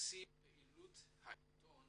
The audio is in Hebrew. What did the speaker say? בשיא פעילות העיתון